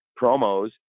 promos